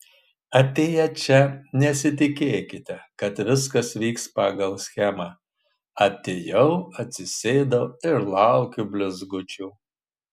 atėję čia nesitikėkite kad viskas vyks pagal schemą atėjau atsisėdau ir laukiu blizgučių